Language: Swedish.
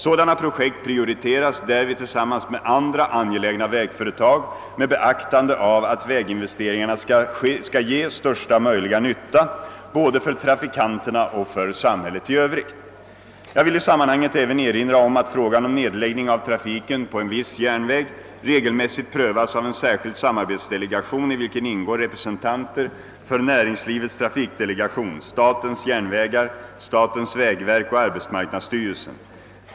Sådana projekt prioriteras därvid tillsammans med andra angelägna vägföretag med beaktande av att väginvesteringarna skall ge största möjliga nytta både för trafikanterna och för samhället i övrigt. Jag vill i sammanhanget även erinra om att frågan om nedläggning av trafiken på en viss järnväg regelmässigt prövas av en särskild samarbetsdelegation, i vilken ingår representanter för näringslivets trafikdelegation, statens järnvägar, statens vägverk och arbetsmarknadsstyrelsen.